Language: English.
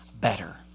better